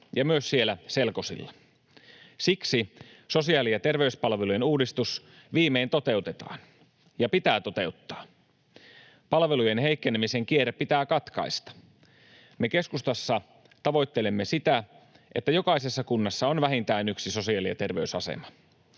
myös siellä selkosilla. Siksi sosiaali- ja terveyspalvelujen uudistus viimein toteutetaan — ja pitää toteuttaa. Palvelujen heikkenemisen kierre pitää katkaista. Me keskustassa tavoittelemme sitä, että jokaisessa kunnassa on vähintään yksi sosiaali- ja terveysasema.